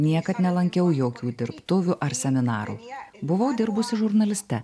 niekad nelankiau jokių dirbtuvių ar seminarų buvau dirbusi žurnaliste